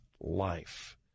life